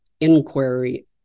inquiry